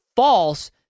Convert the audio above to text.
false